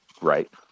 right